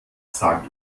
sag